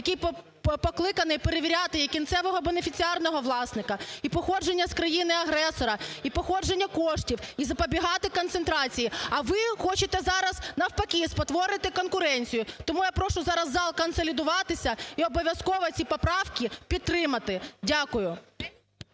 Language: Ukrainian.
який покликаний перевіряти і кінцевогобенефіціарного власника, і походження з країни-агресора, і походження коштів, і запобігати концентрації. А ви хочете зараз навпаки, спотворити конкуренцію. Тому я прошу зараз зал консолідуватися і обов'язково ці поправки підтримати. Дякую.